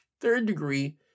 third-degree